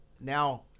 now